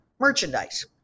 merchandise